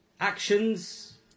Actions